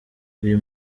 uyu